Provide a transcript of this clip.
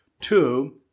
Two